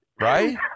Right